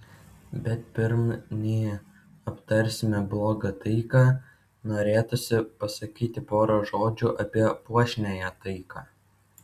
bet pirm nei aptarsime blogą taiką norėtųsi pasakyti porą žodžių apie puošniąją taiką